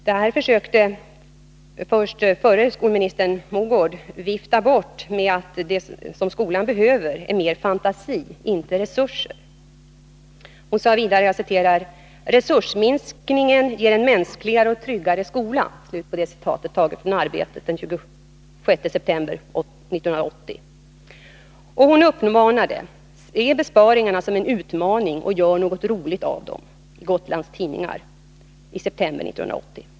Detta försöker först förre skolministern Mogård vifta bort med att det skolan behöver är mer fantasi, inte mer resurser, ”resursminskningen ger en mänskligare och tryggare skola” — Arbetet den 26 september 1980 — och med uppmaningen ”se besparingarna som en utmaning och gör något roligt av dem” — Gotlands tidningar den 20 september 1980.